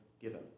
given